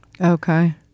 Okay